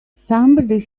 somebody